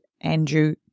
Andrew